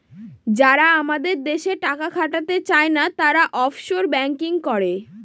যারা আমাদের দেশে টাকা খাটাতে চায়না, তারা অফশোর ব্যাঙ্কিং করে